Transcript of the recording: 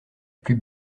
plus